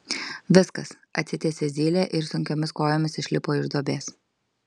viskas atsitiesė zylė ir sunkiomis kojomis išlipo iš duobės